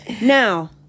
Now